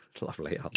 Lovely